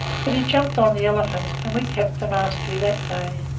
but he jumped on the elephant, and we kept the mastery that day.